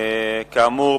כאמור,